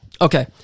Okay